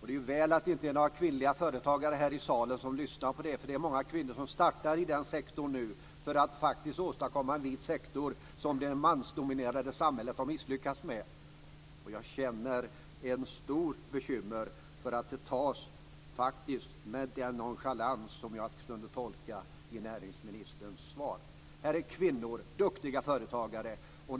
Det är ju väl att det inte är några kvinnliga företagare här i salen som lyssnar. Det är många kvinnor som startar i den sektorn nu, för att åstadkomma en vit sektor, som det mansdominerade samhället har misslyckats med. Jag känner ett stort bekymmer för att detta tas med den nonchalans som jag kunde tolka i näringsministerns svar. Här är kvinnor duktiga företagare.